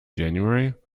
january